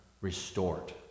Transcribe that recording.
restored